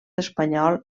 espanyol